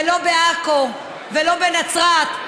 ולא בעכו, ולא בנצרת.